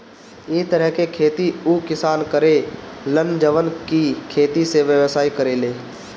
इ तरह के खेती उ किसान करे लन जवन की खेती से व्यवसाय करेले